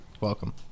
Welcome